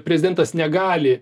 prezidentas negali